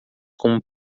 como